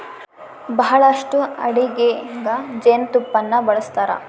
ಬಹಳಷ್ಟು ಅಡಿಗೆಗ ಜೇನುತುಪ್ಪನ್ನ ಬಳಸ್ತಾರ